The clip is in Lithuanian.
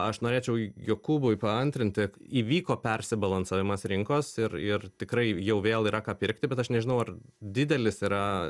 aš norėčiau jokūbui paantrinti įvyko persibalansavimas rinkos ir ir tikrai jau vėl yra ką pirkti bet aš nežinau ar didelis yra